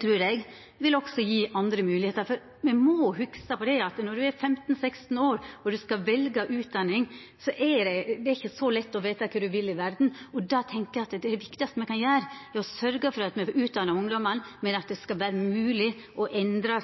trur eg også vil gje andre moglegheiter. For me må hugsa på at når ein er 15–16 år og skal velja utdanning, er det ikkje så lett å veta kva ein vil i verda. Då tenkjer eg at det viktigaste me kan gjera, er å sørgja for at me får utdanna ungdomane, men at det skal vera mogleg å endra